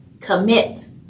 Commit